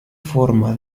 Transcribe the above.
forma